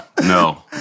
no